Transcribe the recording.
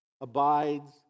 abides